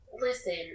Listen